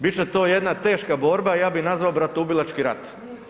Bit će to jedna teška borba, ja bi je nazvao bratoubilački rat.